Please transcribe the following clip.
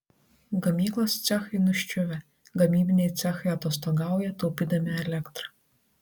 gamyklos cechai nuščiuvę gamybiniai cechai atostogauja taupydami elektrą